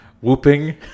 whooping